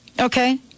okay